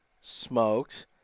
smoked